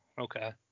Okay